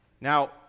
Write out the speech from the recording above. Now